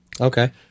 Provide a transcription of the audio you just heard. Okay